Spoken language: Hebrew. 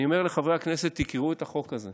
אני אומר לחברי הכנסת, תקראו את החוק הזה.